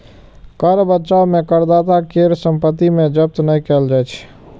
कर बचाव मे करदाता केर संपत्ति कें जब्त नहि कैल जाइ छै